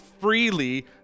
freely